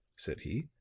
said he.